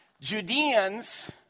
Judeans